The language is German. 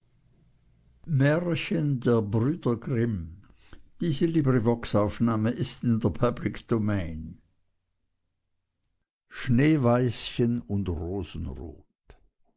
schneeweißchen und rosenrot